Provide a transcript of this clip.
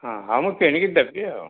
ହଁ ହଁ ମୁଁ କିଣିକି ଦେବି ଆଉ